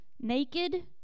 Naked